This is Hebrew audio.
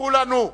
נותרו לנו: